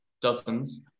dozens